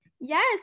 yes